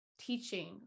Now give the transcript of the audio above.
teaching